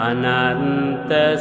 Ananta